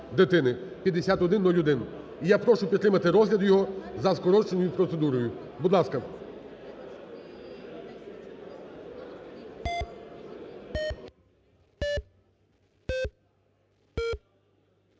дитини) (5101). Я прошу підтримати розгляд його за скороченою процедурою. Будь ласка.